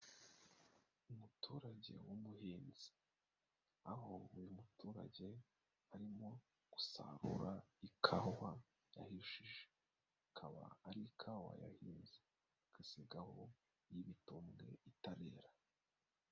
Umuturage w'umuhinzi, aho buri muturage arimo gusarura ikawa yahishije. Akaba ari ikawa yahinze agasigaho ibitumbwe bitarera.